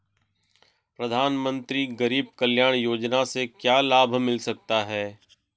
प्रधानमंत्री गरीब कल्याण योजना से क्या लाभ मिल सकता है?